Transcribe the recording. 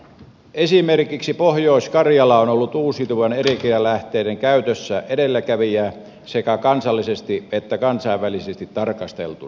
esimerkiksi pohjois karjala on ollut uusiutuvien energialähteiden käytössä edelläkävijä sekä kansallisesti että kansainvälisesti tarkasteltuna